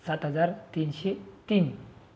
सात हजार तीनशे तीन